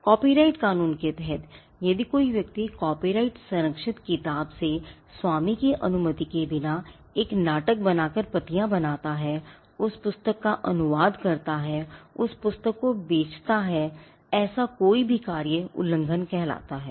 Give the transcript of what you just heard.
copyright कानून के तहत यदि कोई व्यक्ति कॉपीराइट संरक्षित किताब से स्वामी की अनुमति के बिना एक नाटक बनाकर प्रतियां बनाता है उस पुस्तक का अनुवाद करता है उस पुस्तक को बेचता हैऐसा कोई भी कार्य उल्लंघन कहलाता है